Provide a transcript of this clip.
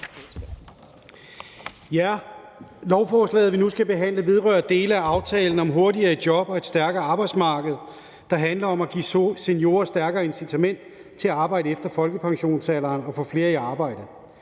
(S): Lovforslaget, vi nu skal behandle, vedrører dele af aftalen om at komme hurtigere i job og få et stærkere arbejdsmarked, der handler om at give seniorer stærkere incitament til at arbejde efter folkepensionsalderen og få flere i arbejde.